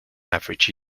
average